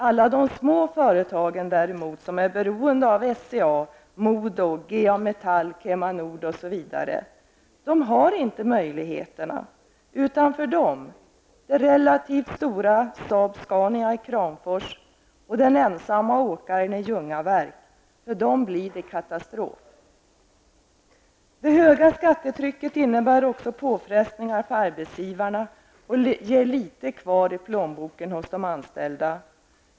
Alla de små företagen däremot, som är beroende av SCA, MoDo, GA-Metall, Kema Nord m.fl., har inte de möjligheterna, utan för dem, det relativt stora Saab-Scania i Kramfors och den ensamme åkaren i Ljungaverk, blir det katastrof. Det höga skattetrycket innebär också påfrestningar på arbetsgivarna och ger litet kvar i plånboken hos de anställda.